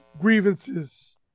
grievances